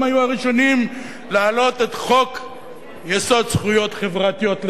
הם היו הראשונים להעלות את חוק-יסוד: זכויות חברתיות,